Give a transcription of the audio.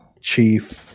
Chief